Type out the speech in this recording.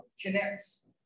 connects